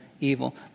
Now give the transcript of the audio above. evil